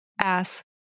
ass